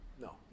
No